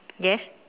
yes